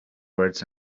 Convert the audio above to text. words